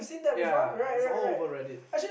ya is all over Reddit